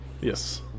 Yes